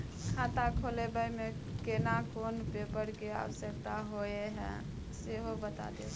खाता खोलैबय में केना कोन पेपर के आवश्यकता होए हैं सेहो बता देब?